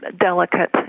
delicate